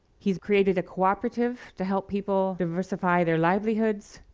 he's created a cooperative to help people diversify their livelihoods.